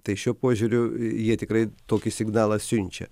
tai šiuo požiūriu jie tikrai tokį signalą siunčia